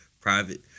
private